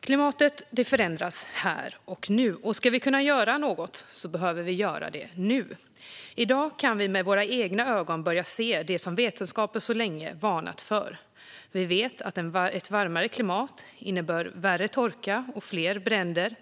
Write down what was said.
Klimatet förändras här och nu. Om vi ska kunna göra något behöver vi göra det nu. I dag kan vi med våra egna ögon börja se det som vetenskapen så länge har varnat för. Vi vet att ett varmare klimat innebär värre torka och fler bränder.